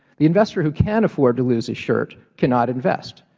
the investor who can afford to lose his shirt cannot invest,